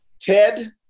Ted